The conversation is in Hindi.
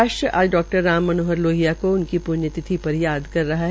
राष्ट्र आज डा राम मनोहर लाल लोहिया को उनकी प्ण्य तिथि पर याद कर रहा है